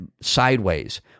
sideways